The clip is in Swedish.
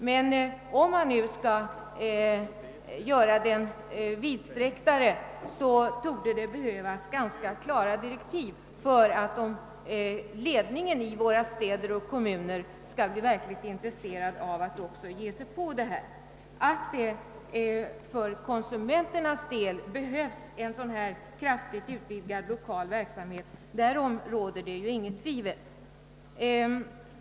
Men om försöksverksamheten nu skall göras vidsträcktare torde det behövas ganska klara direktiv för att ledningen i våra städer och kommuner skall bli verkligt intresserad av att också ge sig in på sådan verksamhet. Att det för konsumenternas del behövs en kraftigt utvidgad lokal verksamhet råder det inget tvivel om.